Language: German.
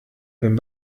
bin